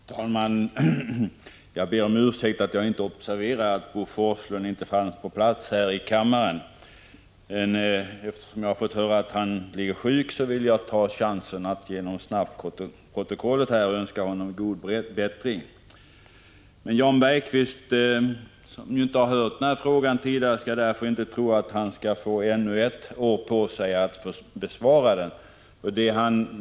Herr talman! Jag ber om ursäkt att jag inte observerade att Bo Forslund inte fanns på plats här i kammaren. Eftersom jag har fått höra att han är sjuk, vill jag ta chansen att via snabbprotokollet önska honom god bättring. Jan Bergqvist, som ju inte hört min fråga tidigare, skall inte tro att han får ännu ett år på sig att besvara den.